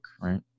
right